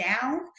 down